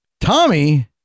Tommy